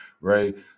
right